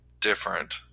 different